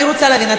אני רוצה להבין.